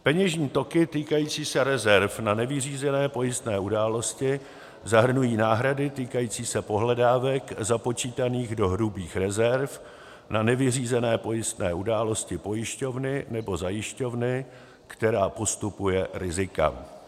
peněžní toky týkající se rezerv na nevyřízené pojistné události zahrnují náhrady týkající se pohledávek započítaných do hrubých rezerv na nevyřízené pojistné události pojišťovny nebo zajišťovny, která postupuje rizika;